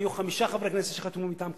היו חמישה חברי כנסת שחתמו מטעם קדימה.